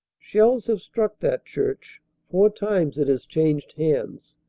shells have struck that church four times it has changed hands.